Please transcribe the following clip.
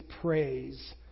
praise